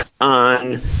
on